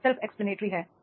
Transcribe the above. यह self explanatory है